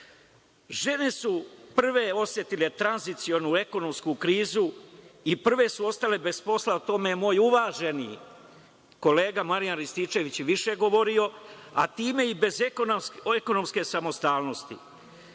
su prve osetile tranzicionu, ekonomsku krizu i prve su ostale bez posla, o tome je moj uvaženi kolega Marijan Rističević više govorio, a time i bez ekonomske samostalnosti.